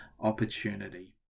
opportunity